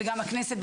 וגם בכנסת,